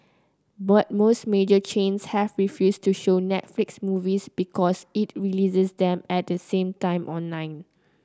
but most major chains have refused to show Netflix movies because it releases them at the same time online